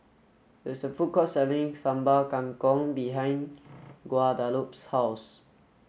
there is a food court selling Sambal Kangkong behind Guadalupe's house